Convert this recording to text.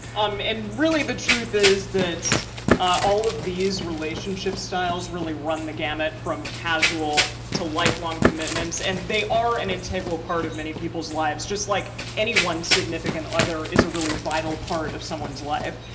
um and really, the truth is that all of these relationship styles really run the gamut from casual to lifelong commitments. and they are an integral part of many people's lives, just like anyone's significant other is a really vital part of someone's life.